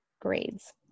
grades